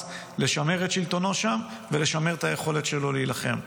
לשמר את שלטונו שם ולשמר את היכולת שלו להילחם.